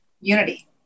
Unity